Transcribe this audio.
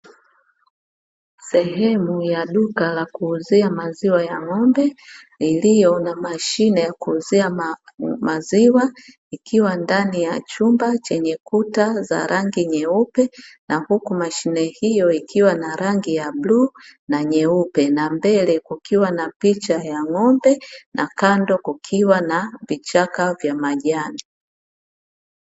Sehemu ya duka la kuuzia maziwa ya ng'ombe iliyo na mashine ya kuuzia maziwa, ikiwa ndani ya chumba chenye kuta za rangi nyeupe na huku mashine hiyo ikiwa na rangi ya bluu na nyeupe, na mbele kukiwa na picha ya ng'ombe na kando kukiwa na vichaka vya majani.